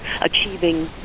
achieving